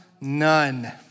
none